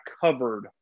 covered